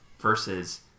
versus